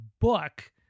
book